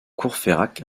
courfeyrac